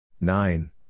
nine